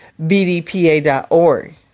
BDPA.org